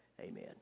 amen